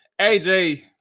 AJ